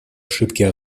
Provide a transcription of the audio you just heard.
ошибки